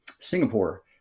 Singapore